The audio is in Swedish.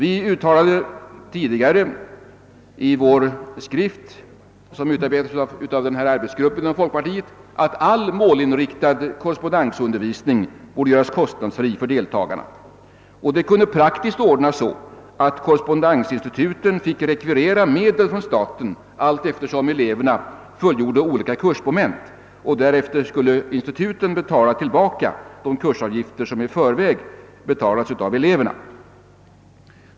I den skrift som har utarbetats av arbetsgruppen inom folkpartiet uttalades att all målinriktad korrespondensundervisning borde göras kostnadsfri för deltagarna. Det kunde praktiskt ordnas så att korrespondensinstituten fick rekvirera medel från staten allteftersom eleverna fullgjorde olika kursmoment; därefter skulle instituten betala tillbaka de kursavgifter som i förväg hade betalats av eleverna.